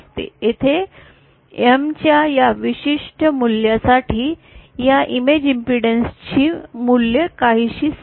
येथे M च्या या विशिष्ट मूल्यासाठी या इमेज इम्पीडैन्स ची मूल्य काहीसे स्थिर आहे